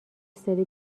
سری